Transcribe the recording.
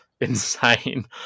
insane